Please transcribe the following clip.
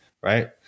right